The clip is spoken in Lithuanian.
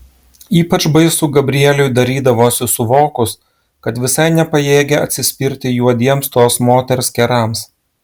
ypač baisu gabrieliui darydavosi suvokus kad visai nepajėgia atsispirti juodiems tos moters kerams